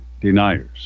deniers